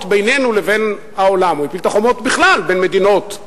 בינינו לבין העולם או הפיל את החומות בכלל בין מדינות.